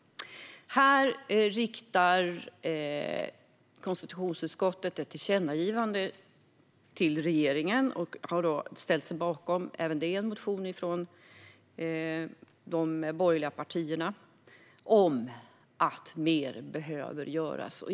Här riktar konstitutionsutskottet ett tillkännagivande till regeringen och har ställt sig bakom en motion från de borgerliga partierna om att mer behöver göras.